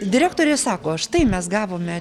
direktorė sako štai mes gavome